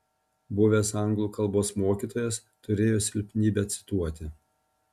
buvęs anglų kalbos mokytojas turėjo silpnybę cituoti